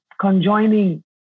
conjoining